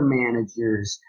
managers